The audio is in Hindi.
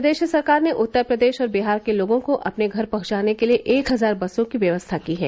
प्रदेश सरकार ने उत्तर प्रदेश और बिहार के लोगों को अपने घर पहुंचाने के लिए एक हजार बसों की व्यवस्था की है